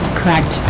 Correct